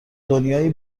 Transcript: دنیایی